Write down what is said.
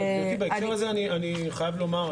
אני חייב לומר,